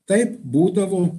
taip būdavo